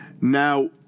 Now